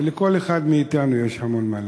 ולכל אחד מאתנו יש המון מה להגיד.